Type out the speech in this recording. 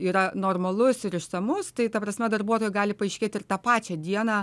yra normalus ir išsamus tai ta prasme darbuotojai gali paaiškėti ir tą pačią dieną